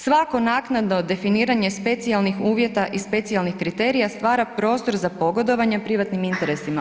Svako naknadno definiranje specijalnih uvjeta i specijalnih kriterija stvara prostor za pogodovanje privatnim interesima.